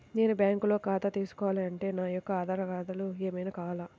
నేను బ్యాంకులో ఖాతా తీసుకోవాలి అంటే నా యొక్క ఆధారాలు ఏమి కావాలి?